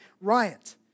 riot